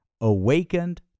Awakened